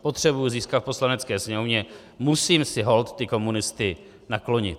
Potřebujuli získat v Poslanecké sněmovně, musím si holt ty komunisty naklonit.